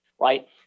right